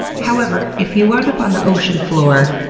however, if you wound up on the ocean floor,